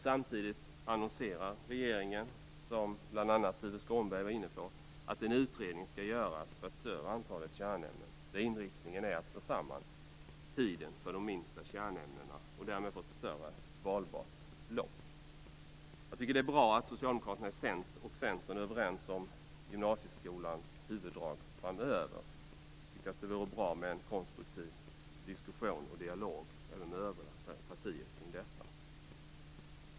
Samtidigt annonserar regeringen, som bl.a. Tuve Skånberg var inne på, att en utredning skall göras vad gäller antalet kärnämnen. Inriktningen är att slå samman tiden för de mindre kärnämnena och därmed få ett större valbart block. Jag tycker att det är bra att Socialdemokraterna och Centern är överens om gymnasieskolans huvuddrag framöver. Det vore kanske bra med en konstruktiv diskussion och dialog även med övriga partier om detta.